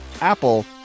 Apple